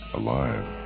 alive